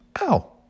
ow